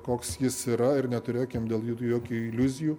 koks jis yra ir neturėkim dėl jo jokių iliuzijų